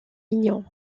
mignon